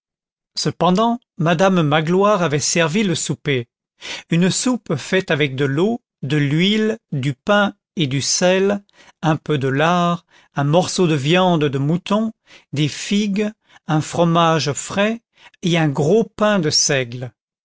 cependant madame magloire avait servi le souper une soupe faite avec de l'eau de l'huile du pain et du sel un peu de lard un morceau de viande de mouton des figues un fromage frais et un gros pain de seigle